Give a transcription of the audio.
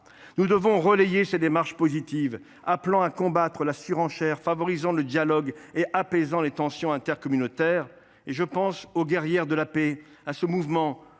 Nous devons relayer ces démarches positives, appelant à combattre la surenchère, favorisant le dialogue et apaisant les tensions intercommunautaires. Je pense aux Guerrières de la paix, au mouvement